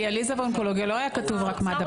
בדיאליזה ואונקולוגיה לא היה כתוב רק מד"א,